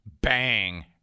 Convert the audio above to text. Bang